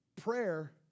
Prayer